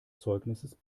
zeugnisses